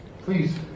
Please